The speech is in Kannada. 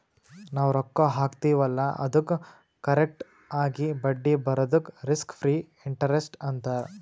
ನಾವ್ ರೊಕ್ಕಾ ಹಾಕ್ತಿವ್ ಅಲ್ಲಾ ಅದ್ದುಕ್ ಕರೆಕ್ಟ್ ಆಗಿ ಬಡ್ಡಿ ಬರದುಕ್ ರಿಸ್ಕ್ ಫ್ರೀ ಇಂಟರೆಸ್ಟ್ ಅಂತಾರ್